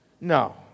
No